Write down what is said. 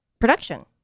production